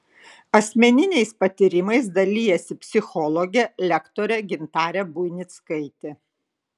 asmeniniais patyrimais dalijasi psichologė lektorė gintarė buinickaitė